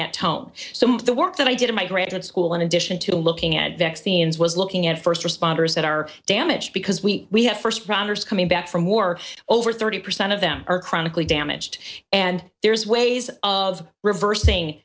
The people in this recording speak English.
that tone so the work that i did in my graduate school in addition to looking at vaccines was looking at first responders that are damaged because we we have first rounders coming back from war over thirty percent of them are chronically damaged and there's ways of revers